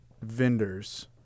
vendors